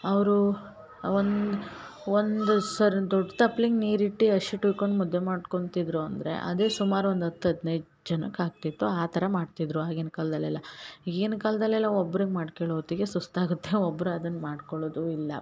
ಅವರು ವನ್ ಒಂದು ಸರ್ ದೊಡ್ಡ ತಪ್ಲಿಗೆ ನೀರಿಟ್ಟು ಹಸಿಟ್ ಹೊಯ್ಕೊಂಡ್ ಮುದ್ದೆ ಮಾಡ್ಕೊತಿದ್ರು ಅಂದರೆ ಅದೇ ಸುಮಾರು ಒಂದು ಹತ್ತು ಹದಿನೈದು ಜನಕ್ಕೆ ಆಗ್ತಿತ್ತು ಆ ಥರ ಮಾಡ್ತಿದ್ದರು ಆಗಿನ ಕಾಲದಲ್ಲೆಲ್ಲ ಈಗಿನ ಕಾಲದಲ್ಲೆಲ್ಲ ಒಬ್ರಿಗೆ ಮಾಡ್ಕೊಳೋ ಹೊತ್ತಿಗೆ ಸುಸ್ತಾಗುತ್ತೆ ಒಬ್ರು ಅದನ್ನು ಮಾಡ್ಕೊಳ್ಳೋದೂ ಇಲ್ಲ